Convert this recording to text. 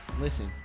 listen